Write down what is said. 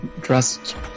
dressed